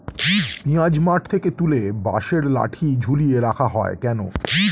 পিঁয়াজ মাঠ থেকে তুলে বাঁশের লাঠি ঝুলিয়ে রাখা হয় কেন?